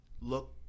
look